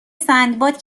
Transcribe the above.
سندباد